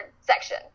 section